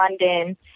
London